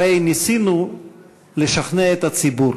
הרי ניסינו לשכנע את הציבור,